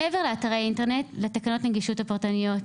מעבר לאתרי אינטרנט, לתקנות נגישות הפרטניות.